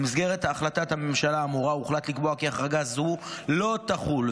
במסגרת החלטת הממשלה האמורה הוחלט לקבוע כי החרגה זו לא תחול,